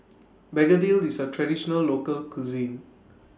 Begedil IS A Traditional Local Cuisine